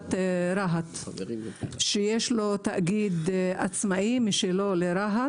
עיריית רהט שיש לו תאגיד עצמאי משלו לרהט,